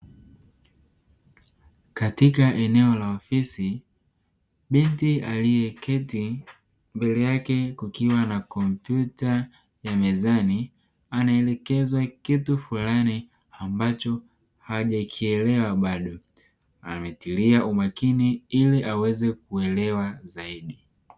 Katika eneo la ofisi binti alieketi mbele yake kukiwa na kompyuta ya mezani anaelekezwa kitu fulani ambacho hajakielewa bado, ametilia umakini ili aweze kuelewa zaidi.